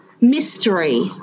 mystery